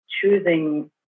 choosing